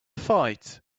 fight